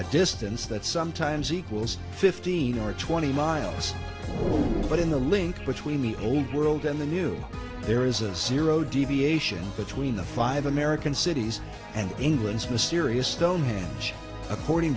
a distance that sometimes equals fifteen or twenty miles but in the link between the old world and the new there is a zero deviation between the five american cities and england's mysterious stonehenge according